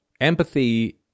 Empathy